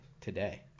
today